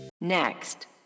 Next